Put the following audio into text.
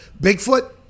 Bigfoot